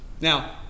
Now